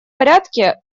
порядке